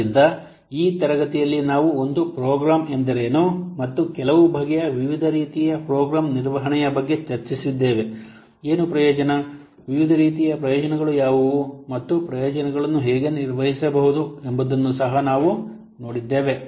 ಆದ್ದರಿಂದ ಈ ತರಗತಿಯಲ್ಲಿ ನಾವು ಒಂದು ಪ್ರೋಗ್ರಾಂ ಎಂದರೇನು ಮತ್ತು ಕೆಲವು ಬಗೆಯ ವಿವಿಧ ರೀತಿಯ ಪ್ರೋಗ್ರಾಂ ನಿರ್ವಹಣೆಯ ಬಗ್ಗೆ ಚರ್ಚಿಸಿದ್ದೇವೆ ಏನು ಪ್ರಯೋಜನ ವಿವಿಧ ರೀತಿಯ ಪ್ರಯೋಜನಗಳು ಯಾವುವು ಮತ್ತು ಪ್ರಯೋಜನಗಳನ್ನು ಹೇಗೆ ನಿರ್ವಹಿಸಬಹುದು ಎಂಬುದನ್ನು ಸಹ ನಾವು ನೋಡಿದ್ದೇವೆ